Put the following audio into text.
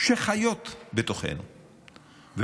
שחיות בתוכנו,